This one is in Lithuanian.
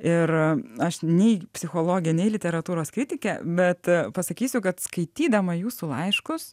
ir aš nei psichologė nei literatūros kritikė bet pasakysiu kad skaitydama jūsų laiškus